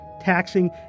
taxing